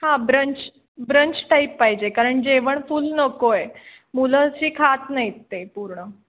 हां brunch brunch type पाहिजे कारण जेवण फुल नको आहे मुलं अशी खात नाहीत ते पूर्ण